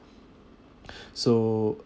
so